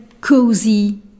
cozy